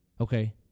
Okay